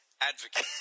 advocate